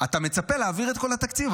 אתה מצפה להעביר את כל התקציב.